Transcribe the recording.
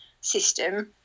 system